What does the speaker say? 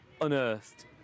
unearthed